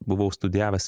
buvau studijavęs